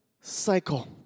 cycle